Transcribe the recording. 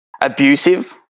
abusive